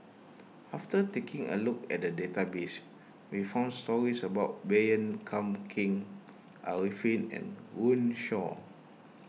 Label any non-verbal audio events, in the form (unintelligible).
after taking a look at the database we found stories about Baey Yam (unintelligible) Keng Arifin and Runme Shaw